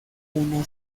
una